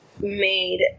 made